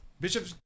Bishop